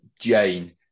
jane